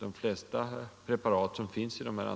Eller tror — Ang.